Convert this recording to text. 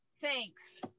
Thanks